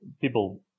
people